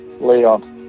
Leon